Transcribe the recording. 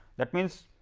that means,